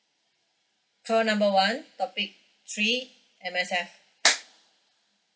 call number one topic three M_S_F